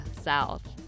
south